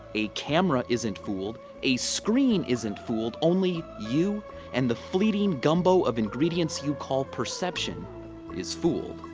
a camera isn't fooled, a screen isn't fooled, only you and the fleeting gumbo of ingredients you call perception is fooled.